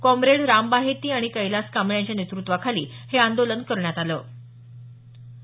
कॉप्रेड राम बाहेती आणि कैलास कांबळे यांच्या नेतृत्वाखाली हे आदोलन करण्यात आल